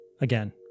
again